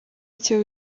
icyo